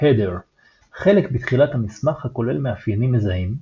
Header - חלק בתחילת המסמך הכולל מאפיינים מזהים,